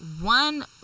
one